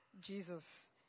Jesus